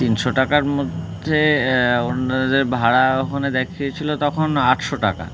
তিনশো টাকার মধ্যে ওনাদের ভাড়া ওখানে দেখিয়েছিলো তখন আটশো টাকা